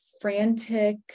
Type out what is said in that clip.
frantic